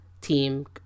team